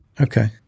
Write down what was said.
okay